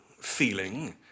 feeling